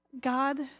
God